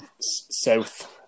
south